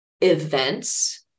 events